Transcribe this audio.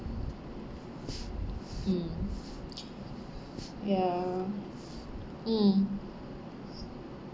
mm ya mm